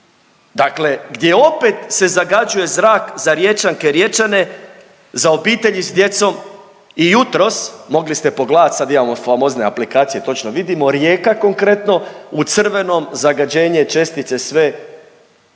dakle gdje opet se zagađuje zrak za Riječanke i Riječane, za obitelji s djecom i jutros mogle ste pogledat, sad imamo famozne aplikacije, točno vidimo Rijeka konkretno u crvenom, zagađenje, čestice sve, nije